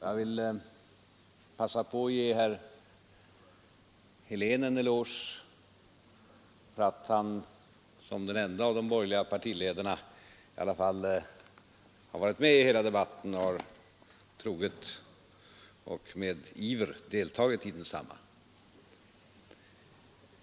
Jag vill passa på att ge herr Helén en eloge för att han som den ende av de borgerliga partiledarna i alla fall har varit med i hela debatten och troget och med iver deltagit i densamma.